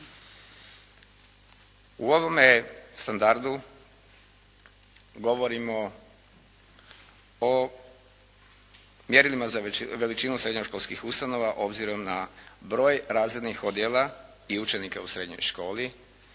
U ovome standardu govorimo o mjerilima za veličinu srednjoškolskih ustanova obzirom na broj razrednih odjela i učenika u srednjoj školi.